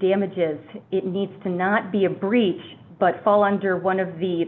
damages it needs to not be a breach but fall under one of the